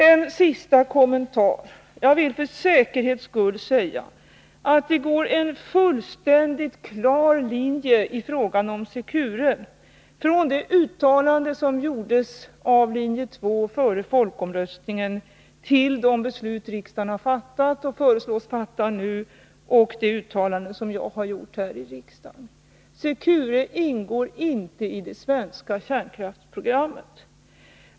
En sista kommentar: Jag vill för säkerhets skull säga att det i fråga om Secure går en fullständigt klar linje från det uttalande som före folkomröstningen gjordes av linje 2 till de beslut som riksdagen har fattat och nu föreslås fatta och det uttalande som jag har gjort här i riksdagen. Secure ingår inte i det svenska kärnkraftsprogrammet.